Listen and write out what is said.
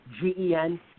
gen